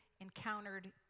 encountered